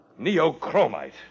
Neochromite